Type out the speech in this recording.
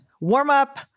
warm-up